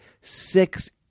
six